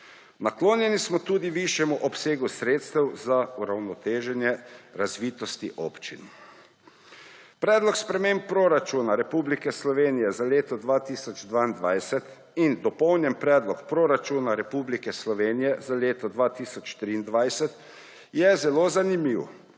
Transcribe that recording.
Naklonjeni smo tudi višjemu obsegu sredstev za uravnoteženje razvitosti občin. Predlog sprememb proračuna Republike Slovenije za leto 2022 in Dopolnjen predlog proračuna Republike Slovenije za leto 2023 je zelo zanimiv.